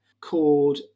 called